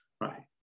right